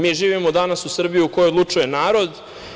Mi živimo danas u Srbiji u kojoj odlučuje narod.